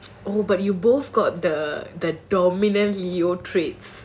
oh but you both got the the dominant leo traits